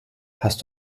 hast